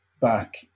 back